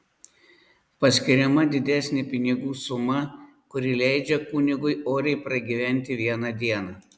paskiriama didesnė pinigų suma kuri leidžia kunigui oriai pragyventi vieną dieną